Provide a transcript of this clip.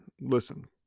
Listen